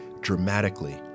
dramatically